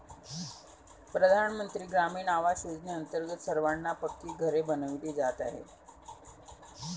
प्रधानमंत्री ग्रामीण आवास योजनेअंतर्गत सर्वांना पक्की घरे बनविली जात आहेत